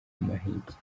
iki